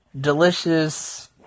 delicious